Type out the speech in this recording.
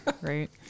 right